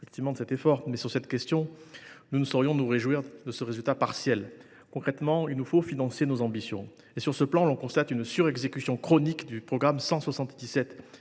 en 2023 en témoigne. Mais sur cette question nous ne saurions nous réjouir d’un résultat partiel. Concrètement, il nous faut financer nos ambitions. Sur ce plan, on constate une surexécution chronique du programme 177